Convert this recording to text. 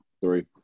three